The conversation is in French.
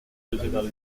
rue